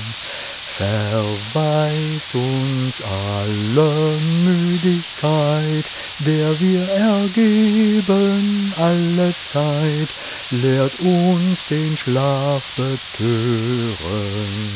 uns alle müdigkeit der wir ergeben allezeit lehrt uns den schlaf